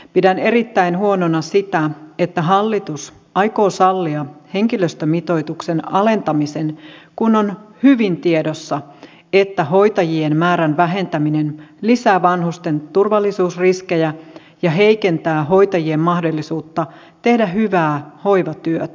pidän erittäin huonona sitä että hallitus aikoo sallia henkilöstömitoituksen alentamisen kun on hyvin tiedossa että hoitajien määrän vähentäminen lisää vanhusten turvallisuusriskejä ja heikentää hoitajien mahdollisuutta tehdä hyvää hoivatyötä